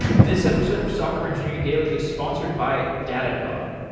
this episode of software engineering daily is sponsored by datadog,